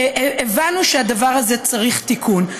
הבנו שהדבר הזה צריך תיקון.